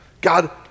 God